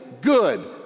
good